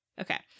Okay